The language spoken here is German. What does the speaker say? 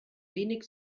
wenig